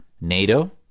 NATO